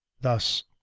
Thus